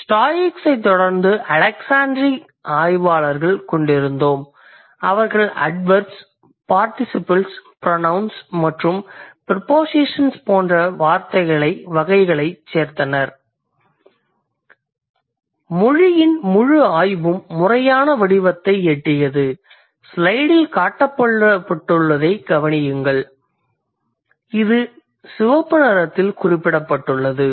ஸ்டோயிக்ஸைத் தொடர்ந்து அலெக்ஸாண்டிரிய அறிஞர்களைக் கொண்டிருந்தோம் அவர்கள் அட்வெர்ப்ஸ் பார்டிசிபில்ஸ் ப்ரொநௌன்ஸ் மற்றும் ப்ரீபோசிஷன்ஸ் போன்ற வகைகளைச் சேர்த்தனர் மொழியின் முழு ஆய்வும் முறையான வடிவத்தை எட்டியது ஸ்லைடில் காட்டப்பட்டுள்ளதைக் கவனியுங்கள் இது சிவப்பு நிறத்தில் குறிப்பிடப்பட்டுள்ளது